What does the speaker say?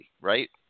right